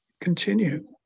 continue